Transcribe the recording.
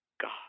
God